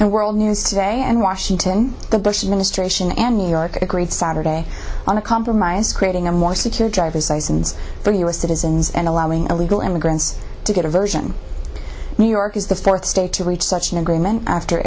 world news today and washington the bush administration and new york agreed saturday on a compromise creating a more secure driver's license for u s citizens and allowing illegal immigrants to get a version new york is the fourth state to reach such an agreement after